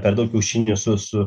per daug kiaušinių su su